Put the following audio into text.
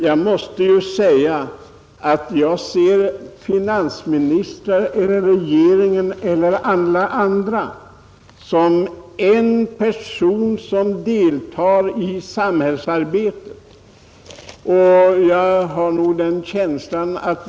Jag betraktar finansministrar och andra regeringsledamöter som personer vilka deltar i samhällsarbetet.